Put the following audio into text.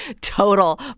total